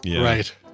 Right